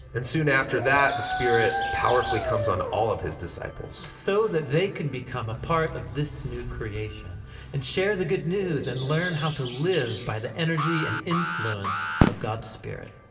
and soon after that, the spirit powerfully comes on all of his disciples. so that they can become a part of this new creation and share the good news and learn how to live by the energy and influence of god's spirit.